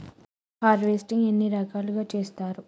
Harvesting ఎన్ని రకాలుగా చేస్తరు?